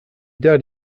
died